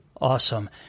Awesome